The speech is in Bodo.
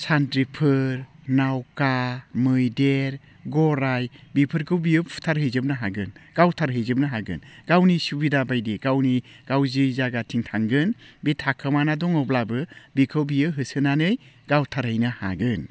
सानथ्रिफोर नावखा मैदेर गराइ बिफोरखौ बियो फुथारहैजोबनो हागोन गावथारहैजोबनो हागोन गावनि सुबिदा बायदि गावनि गाव जि जायगाथिं थांगोन बे थाखोमाना दङब्लाबो बिखौ बियो होसोनानै गावथारहैनो हागोन